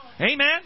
Amen